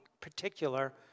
particular